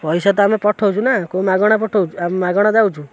ପଇସା ତ ଆମେ ପଠଉଛୁ ନା କୋଉ ମାଗଣା ପଠଉଛୁ ଆମେ ମାଗଣା ଯାଉଛୁ